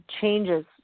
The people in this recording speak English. changes